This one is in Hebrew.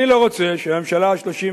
אני לא רוצה שהממשלה ה-33,